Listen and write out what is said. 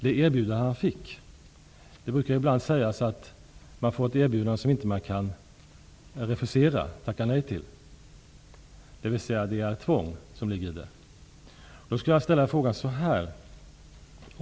Det brukar ibland sägas att man får ett erbjudande som inte kan refuseras, dvs. att det ligger tvång i erbjudandet.